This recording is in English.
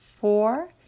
four